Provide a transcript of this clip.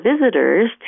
visitors